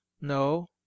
no